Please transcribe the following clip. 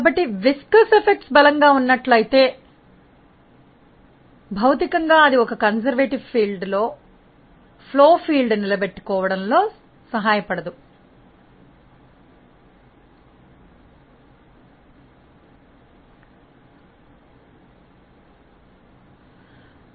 కాబట్టి జిగట ప్రభావాలు బలంగా ఉన్నట్లయితే భౌతికంగా అది ప్రవాహ క్షేత్రాన్ని నిలబెట్టుకోవడంలో సహాయపడదు ఒక సంప్రదాయవాద రంగం లో